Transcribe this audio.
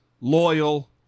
loyal